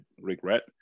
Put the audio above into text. regret